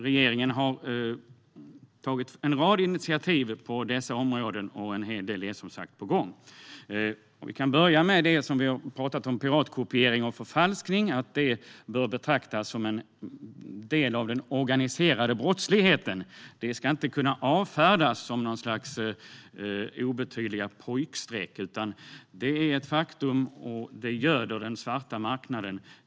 Regeringen har tagit en rad initiativ på dessa områden, och en hel del är på gång. Vi kan börja med det som vi talat om. Piratkopiering och förfalskning bör betraktas som en del av den organiserade brottsligheten. Det ska inte kunna avfärdas som något slags obetydliga pojkstreck. Det är ett faktum, och det göder den svarta marknaden.